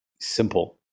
simple